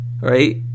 Right